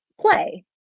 play